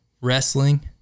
wrestling